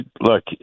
look